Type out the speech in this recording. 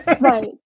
right